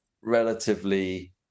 relatively